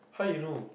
how he know